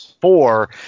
four